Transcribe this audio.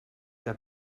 que